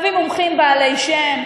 להביא מומחים בעלי שם,